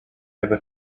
other